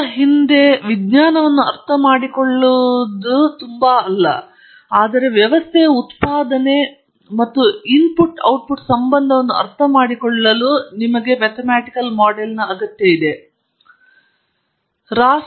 ಅದರ ಹಿಂದೆ ವಿಜ್ಞಾನವನ್ನು ಅರ್ಥಮಾಡಿಕೊಳ್ಳಲು ತುಂಬಾ ಅಲ್ಲ ಆದರೆ ವ್ಯವಸ್ಥೆಯ ಉತ್ಪಾದನೆ ಮತ್ತು ಇನ್ಪುಟ್ ನಡುವಿನ ಸಂಬಂಧವನ್ನು ಅರ್ಥಮಾಡಿಕೊಳ್ಳಲು ಮತ್ತು ವ್ಯವಸ್ಥೆಯನ್ನು ನಿಯಂತ್ರಣ ಎಂದು ಬಳಸಿ